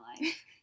life